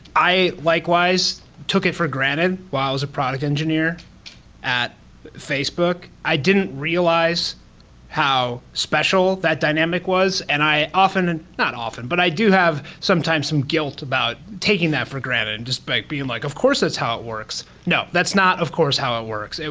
i likewise took it for granted while i was a product engineer at facebook. i didn't realize how special that dynamic was and i often not often, but i do have some time some guilt about taking that for granted despite being like, of course, that's how it works. no. that's not of course how it works,